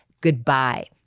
goodbye